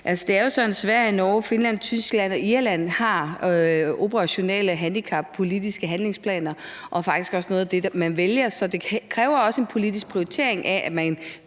Det er jo sådan, at Sverige, Norge, Finland, Tyskland og Irland har operationelle handicappolitiske handlingsplaner, og det er faktisk også noget af det, man vælger. Så det kræver også en politisk prioritering af, at man